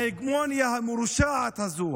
ההגמוניה המורשעת הזו,